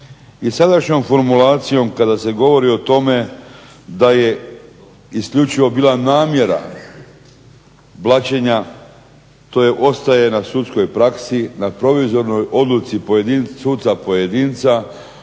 i sadašnjom formulacijom kada se govori o tome da je isključivo bila namjera blaćenja, to je ostaje na sudskoj praksi, na provizornoj odluci suca pojedinca,